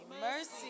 Mercy